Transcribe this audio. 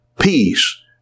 peace